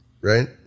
right